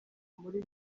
muri